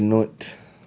ya get a note